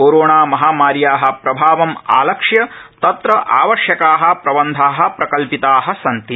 corona महामार्याः प्रभावं आलक्ष्य तत्र आवश्यकाः प्रबन्धाः प्रकल्पिताः सन्ति